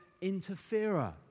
interferer